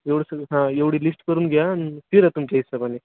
एवढं सगळं हां एवढी लिस्ट करून घ्या आणि फिरा तुमच्या हिशेबाने